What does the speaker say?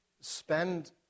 spend